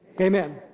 amen